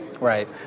right